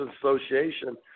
association